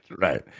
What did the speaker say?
right